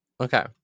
Okay